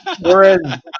whereas